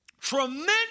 Tremendous